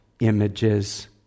images